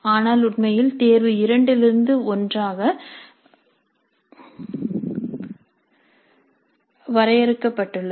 ஆனால் உண்மையில் தேர்வு 2 இலிருந்து 1 ஆக வரையறுக்கப்பட்டுள்ளது